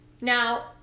Now